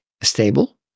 stable